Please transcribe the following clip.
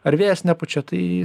ar vėjas nepučia tai